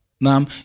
Nam